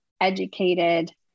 educated